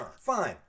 Fine